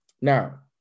now